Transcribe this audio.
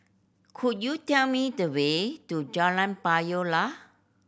could you tell me the way to Jalan Payoh Lai